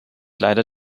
leider